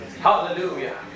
Hallelujah